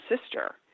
sister